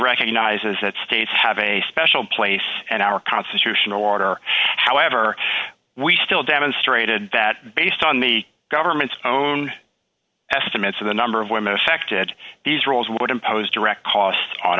recognizes that states have a special place in our constitutional order however we still demonstrated that based on the government's own estimates of the number of women affected these rules would impose direct cost on